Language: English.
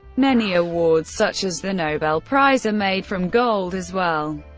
many awards such as the nobel prize are made from gold as well.